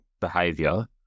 behavior